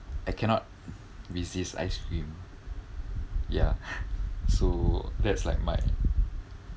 I cannot resist ice cream ya so that's like my